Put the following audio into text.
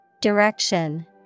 Direction